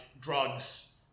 drugs